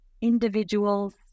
individuals